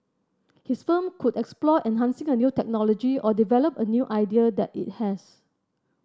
his firm could explore enhancing a new technology or develop a new idea that it has